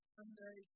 Sunday